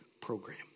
program